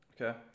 Okay